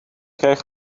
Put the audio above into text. krijgen